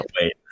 wait